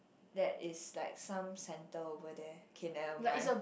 that is like some centre over there okay never mind